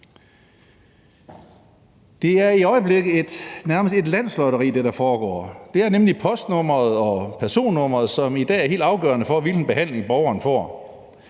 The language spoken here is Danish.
foregår i øjeblikket, er nærmest et landslotteri. Det er nemlig postnummeret og personnummeret, som i dag er helt afgørende for, hvilken behandling borgeren får.